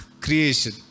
creation